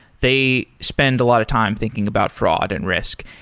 they spend a lot of time thinking about fraud and risk.